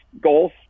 goals